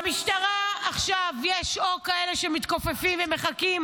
במשטרה עכשיו יש או כאלה שמתכופפים ומחכים